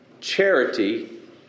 Charity